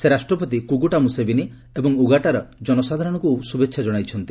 ସେ ରାଷ୍ଟ୍ରପତି କୁଗୁଟା ମୁସେବେନି ଏବଂ ଉଗାଶ୍ଡାର ଜନସାଧାରଣଙ୍କୁ ଶୁଭେଛା ଜଣାଇଛନ୍ତି